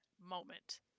moment